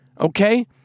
Okay